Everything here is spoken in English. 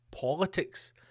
politics